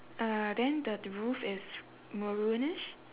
uh then the th~ roof is maroonish